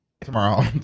tomorrow